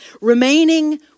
Remaining